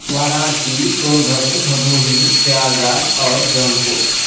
वाराणसी सोनभद्र भदोहीं प्रयागराज और जौनपुर